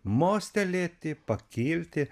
mostelėti pakilti